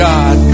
God